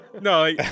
No